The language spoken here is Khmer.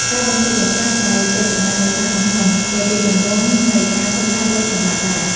ការបំផ្លិចបំផ្លាញដោយចេតនាដោយសារកំហឹង ក៏ជាទម្រង់នៃការខូចខាតទ្រព្យសម្បត្តិដែរ។